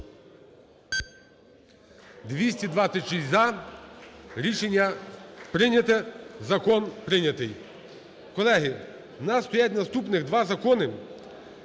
За-226 Рішення прийняте. Закон прийнятий. Колеги, у нас стоять наступних два закони